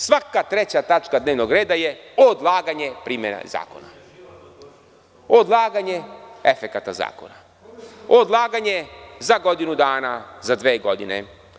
Svaka treća tačka dnevnog reda je odlaganje primene zakona, odlaganje efekata zakona, odlaganje za godinu dana, za dve godine.